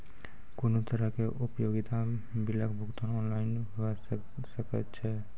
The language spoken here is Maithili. कुनू तरहक उपयोगिता बिलक भुगतान ऑनलाइन भऽ सकैत छै?